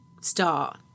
start